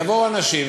יבואו אנשים,